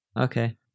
Okay